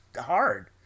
hard